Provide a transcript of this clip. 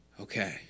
Okay